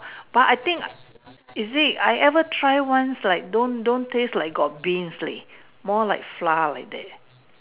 but I think is this I ever try once like don't don't taste like or being sleep more like flower there